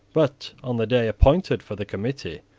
but, on the day appointed for the committee,